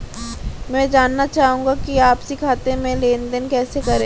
मैं जानना चाहूँगा कि आपसी खाते में लेनदेन कैसे करें?